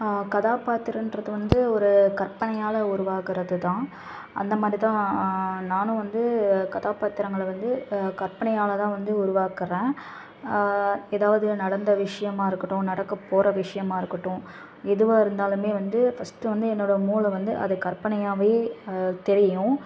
கதாபாத்திரம்ன்றது வந்து ஒரு கற்பனையால் உருவாகிறது தான் அந்தமாதிரி தான் நானும் வந்து கதாபாத்திரங்களை வந்து கற்பனையால் தான் வந்து உருவாக்குகிறேன் ஏதாவது நடந்த விஷயமா இருக்கட்டும் நடக்கப்போகிற விஷயமா இருக்கட்டும் எதுவாக இருந்தாலுமே வந்து ஃபஸ்ட்டு வந்து என்னோடய மூளை வந்து அதை கற்பனையாகவே தெரியும்